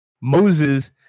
Moses